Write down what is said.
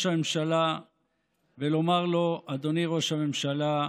הממשלה ולומר לו: אדוני ראש הממשלה,